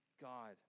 God